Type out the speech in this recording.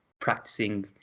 practicing